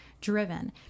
driven